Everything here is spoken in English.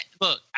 Look